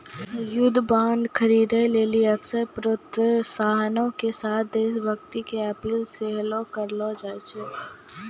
युद्ध बांड खरीदे लेली अक्सर प्रोत्साहनो के साथे देश भक्ति के अपील सेहो करलो जाय छै